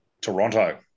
Toronto